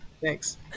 Thanks